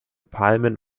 palmen